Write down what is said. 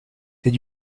did